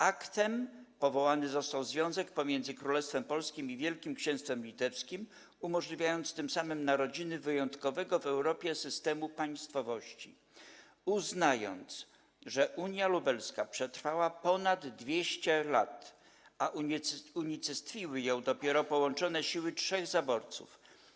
Aktem powołany został związek pomiędzy Królestwem Polskim i Wielkim Księstwem Litewskim, umożliwiając tym samym narodziny wyjątkowego w Europie systemu państwowości; uznając, że unia lubelska przetrwała ponad 200 lat, a unicestwiły ją dopiero połączone siły trzech zaborców.